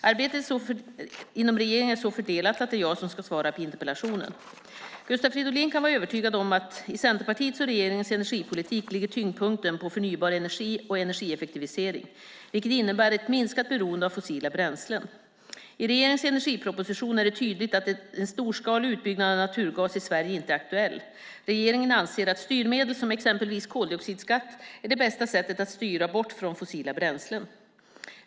Arbetet inom regeringen är så fördelat att det är jag som ska svara på interpellationen. Gustav Fridolin kan vara övertygad om att i Centerpartiets och regeringens energipolitik ligger tyngdpunkten på förnybar energi och energieffektivisering, vilket innebär ett minskat beroende av fossila bränslen. I regeringens energiproposition är det tydligt att en storskalig utbyggnad av naturgas i Sverige inte är aktuell. Regeringen anser att styrmedel som exempelvis koldioxidskatt är det bästa sättet att styra bort från fossila bränslen.